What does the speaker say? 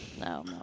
No